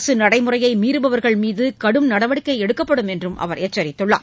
அரசு நடைமுறையை மீறுபவர்கள்மீது கடும் நடவடிக்கை எடுக்கப்படும் என்றும் அவர் எச்சரித்தார்